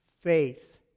faith